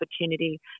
opportunity